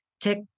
tick